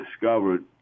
discovered